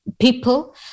People